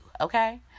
okay